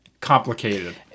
complicated